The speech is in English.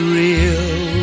real